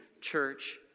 church